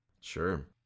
Sure